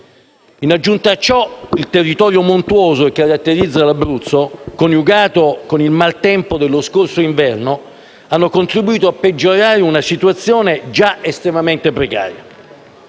In aggiunta a ciò, il territorio montuoso che caratterizza l'Abruzzo, coniugato con il maltempo dello scorso inverno, ha contribuito a peggiorare una situazione già estremamente precaria.